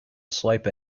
swipe